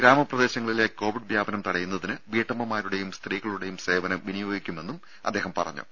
ഗ്രാമപ്രദേശങ്ങളിലെ കോവിഡ് വ്യാപനം തടയുന്നതിന് വീട്ടമ്മമാരുടെയും സ്ത്രീകളുടെയും സേവനം വിനിയോഗിക്കുമെന്നും അദ്ദേഹം പറഞ്ഞു